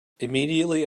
immediately